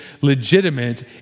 legitimate